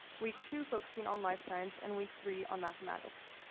week two focusing on life science, and week three on mathematics.